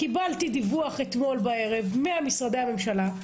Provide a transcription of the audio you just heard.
קיבלתי דיווח אתמול בערב ממשרדי הממשלה.